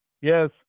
Yes